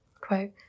quote